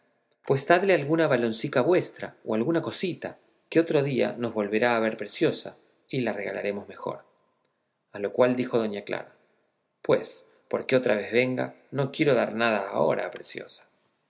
pues dadle alguna valoncica vuestra o alguna cosita que otro día nos volverá a ver preciosa y la regalaremos mejor a lo cual dijo doña clara pues porque otra vez venga no quiero dar nada ahora a preciosa